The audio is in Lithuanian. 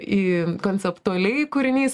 į konceptualiai kūrinys